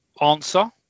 answer